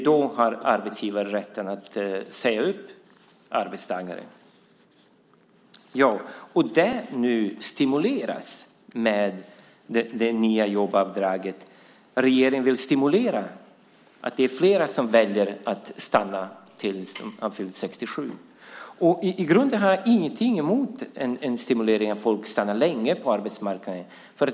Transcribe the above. Då har arbetsgivaren rätten att säga upp arbetstagaren. Med det nya jobbavdraget vill regeringen stimulera att flera väljer att stanna tills de har fyllt 67. I grunden har jag ingenting emot att man stimulerar att folk stannar länge på arbetsmarknaden.